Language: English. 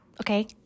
okay